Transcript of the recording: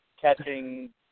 catching